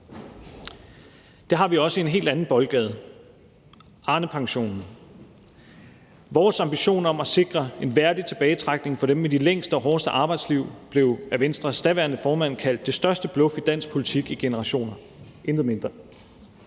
Det har vi også i en helt anden boldgade: Arnepensionen. Vores ambition om at sikre en værdig tilbagetrækning for dem med de længste og hårdeste arbejdsliv blev af Venstres daværende formand kaldt det største bluff i dansk politik i generationer – intet mindre.